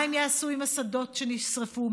מה הם יעשו עם השדות שנשרפו?